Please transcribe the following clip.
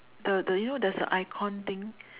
the the you know there's a icon thing